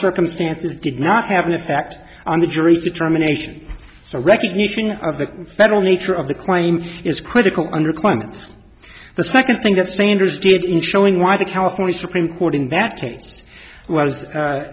circumstances did not have an effect on the jury's determination so recognition of the federal nature of the claim is critical under clemens the second thing that strangers did in showing why the california supreme court in that case was